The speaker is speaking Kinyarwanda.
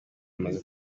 hamaze